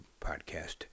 podcast